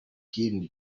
kiringo